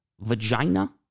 vagina